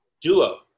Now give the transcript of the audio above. duo